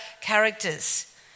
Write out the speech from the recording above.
characters